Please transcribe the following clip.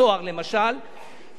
המועצות הדתיות יתמוטטו,